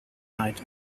night